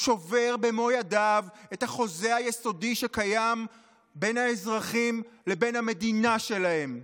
הוא שובר במו ידיו את החוזה היסודי שקיים בין האזרחים לבין המדינה שלהם.